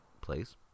place